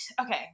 okay